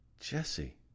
Jesse